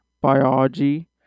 biology